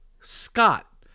Scott